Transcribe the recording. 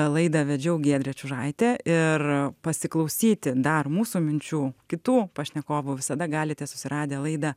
laidą vedžiau giedrė čiužaitė ir pasiklausyti dar mūsų minčių kitų pašnekovų visada galite susiradę laidą